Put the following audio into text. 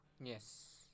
Yes